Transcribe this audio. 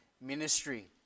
ministry